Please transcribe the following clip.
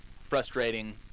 frustrating